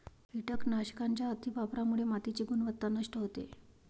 कीटकनाशकांच्या अतिवापरामुळे मातीची गुणवत्ता नष्ट होते